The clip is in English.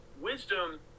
wisdom